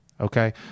Okay